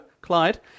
Clyde